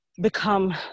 become